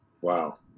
Wow